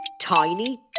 tiny